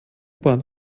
bahn